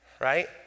right